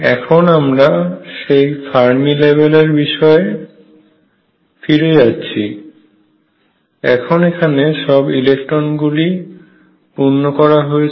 এখন আমরা যদি সেই ফার্মি লেভেলের বিষয়ে ফিরে যাচ্ছি এখন এখনে সব ইলেকট্রনগুলি পূর্ণ করা হয়েছে